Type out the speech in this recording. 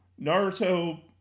Naruto